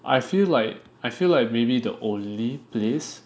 I feel like I feel like maybe the only place